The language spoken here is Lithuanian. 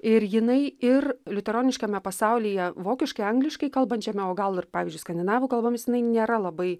ir jinai ir liuteroniškame pasaulyje vokiškai angliškai kalbančiame o gal ir pavyzdžiui skandinavų kalbomis jinai nėra labai